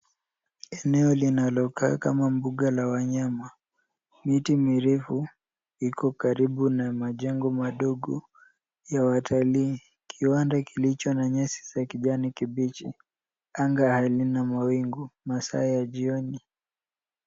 Eneo linalokaa kamambuga la wanyama. Miti mirefu iko karibu na majengo madogo ya watalii. Kiwanda kilicho na nyasi za kijani kibichi. Anga halina mawingu. Masaa ya jioni.